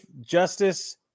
Justice